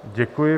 Děkuji.